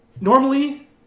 normally